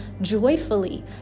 joyfully